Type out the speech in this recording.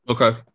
Okay